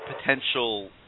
potential